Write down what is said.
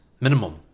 minimum